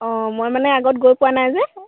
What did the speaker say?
অঁ মই মানে আগত গৈ পোৱা নাই যে